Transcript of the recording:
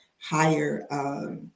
higher